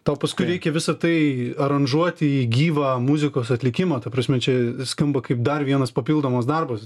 tau paskui reikia visa tai aranžuoti į gyvą muzikos atlikimą ta prasme čia skamba kaip dar vienas papildomas darbas